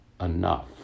enough